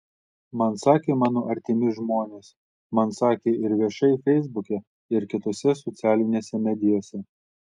man sakė mano artimi žmonės man sakė ir viešai feisbuke ir kitose socialinėse medijose